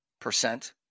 percent